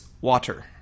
water